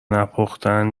نپختن